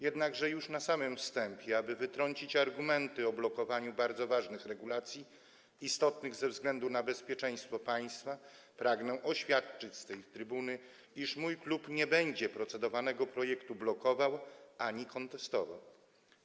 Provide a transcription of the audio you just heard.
Jednakże już na samym wstępie, aby wytrącić argumenty o blokowaniu bardzo ważnych regulacji, istotnych ze względu na bezpieczeństwo państwa, pragnę oświadczyć z tej trybuny, iż mój klub nie będzie procedowanego projektu blokował ani kontestował.